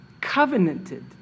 covenanted